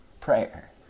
prayer